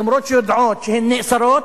אף-על-פי שהן יודעות שהן נאסרות,